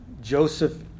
Joseph